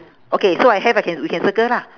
okay so I have I can we can circle lah